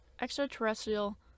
extraterrestrial